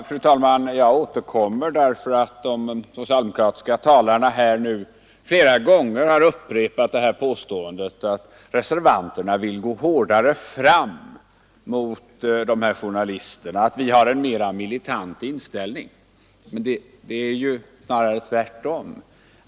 Fru talman! Jag återkommer därför att de socialdemokratiska talarna flera gånger har upprepat påståendet att reservanterna vill gå hårdare fram mot journalisterna och att vi har en mer militant inställning. Det är snarare tvärtom.